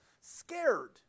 scared